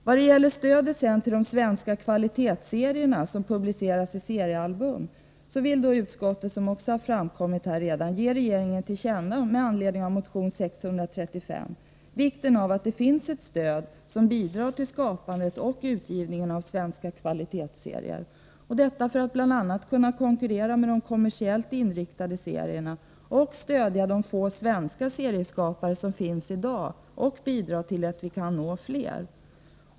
Vad gäller stödet till de svenska kvalitetsserier som publiceras i seriealbum vill utskottet — vilket redan har framkommit — med anledning av motion 635 ge regeringen till känna vikten av att det finns ett stöd som bidrar till skapandet och utgivningen av svenska kvalitetsserier, som då kan konkurrera med de kommersiellt inriktade serierna. Stödet skall också gå till de få svenska serieskapare som vi har i dag och bidra till att vi kan nå fler.